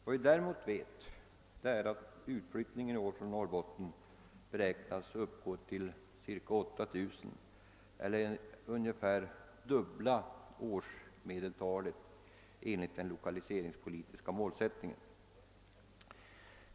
Vad vi däremot vet är att utflyttningen från Norrbotten i år beräknas uppgå till 8 000, eller ungefär dubbla årsmedeltalet enligt den lokaliseringspolitiska målsätt ningen.